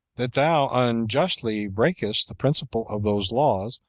that thou unjustly breakest the principal of those laws,